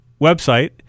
website